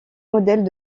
modèles